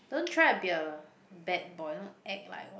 don't try be a bad boy you don't act like one